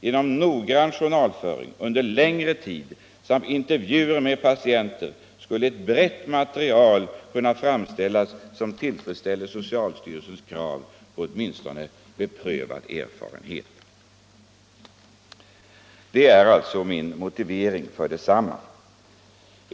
Genom noggrann journalföring och under längre tid samt genom intervjuer med patienter skulle ett brett material kunna erhållas som åtminstone tillfredsställer socialstyrelsens krav på beprövad erfarenhet. Detta är min motivering.